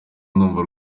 ndumva